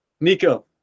Nico